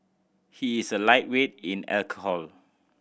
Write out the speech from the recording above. he is a lightweight in alcohol